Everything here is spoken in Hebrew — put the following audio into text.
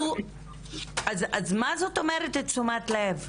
אז מה זאת אומרת תשומת לב?